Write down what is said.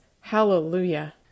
Hallelujah